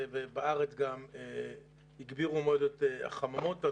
ובארץ גם הגבירו מאוד את החממות,